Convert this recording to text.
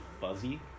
fuzzy